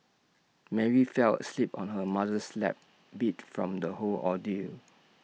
Mary fell asleep on her mother's lap beat from the whole ordeal